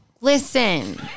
Listen